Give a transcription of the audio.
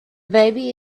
baby